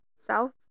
South